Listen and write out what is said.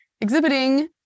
exhibiting